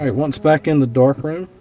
once back in the darkroom,